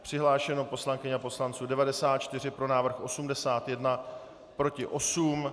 Přihlášeno poslankyň a poslanců 94, pro návrh 81, proti 8.